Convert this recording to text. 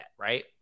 right